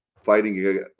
fighting